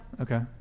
Okay